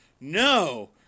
no